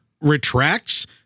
retracts